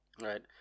Right